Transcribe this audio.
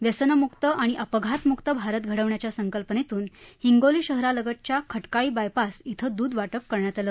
व्यसनमुक्त आणि अपघातमुक्त भारत घडविण्याच्या संकल्पनेतून हिंगोली शहरालगतच्या खटकाळी बायपास क्विं दूध वाटप करण्यात आलं